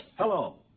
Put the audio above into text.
Hello